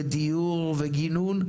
דיור וגינון,